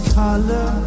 color